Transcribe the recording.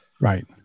Right